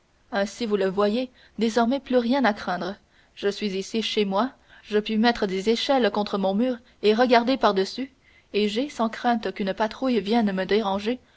ainsi vous le voyez désormais plus rien à craindre je suis ici chez moi je puis mettre des échelles contre mon mur et regarder par-dessus et j'ai sans crainte qu'une patrouille vienne me déranger